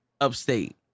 upstate